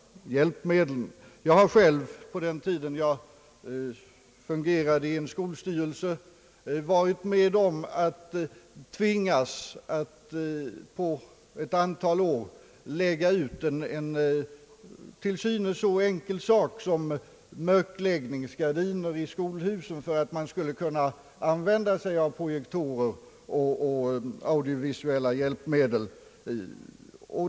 Jag har själv på den tiden jag fungerade i en skolstyrelse varit med om nödvändigheten av att på ett antal år lägga ut kostnaden för en till synes så enkel sak som mörkläggningsgardiner i skolhusen för att man. där skulle kunna använda sig av projektorer och audio-visuella hjälpmedel.